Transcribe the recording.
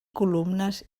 columnes